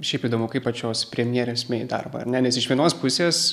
šiaip įdomu kaip pačios premjerės mei darbą ar ne nes iš vienos pusės